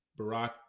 Barack